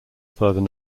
further